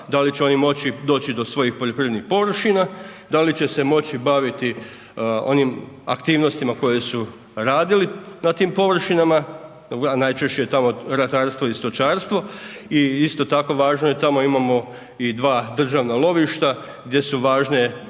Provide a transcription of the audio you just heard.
da li će oni moći doći do svojih poljoprivrednih površina, da li će se moći baviti onim aktivnostima koje su radili na tim površinama, a najčešće je tamo ratarstvo i stočarstvo i isto tako važno je, tamo imamo i 2 državna lovišta, gdje su važne